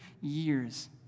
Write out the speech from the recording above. years